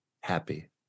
happy